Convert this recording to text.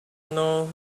know